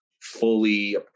fully